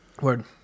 Word